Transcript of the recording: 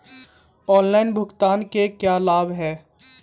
Online भुगतान के क्या लाभ हैं?